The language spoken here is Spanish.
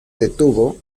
detuvo